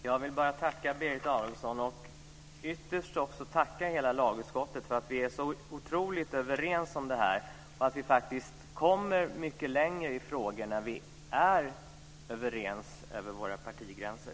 Fru talman! Jag vill bara tacka Berit Adolfsson och ytterst också tacka hela lagutskottet för att vi är så otroligt överens om det här. Vi kommer faktiskt mycket längre i frågor när vi är överens över våra partigränser.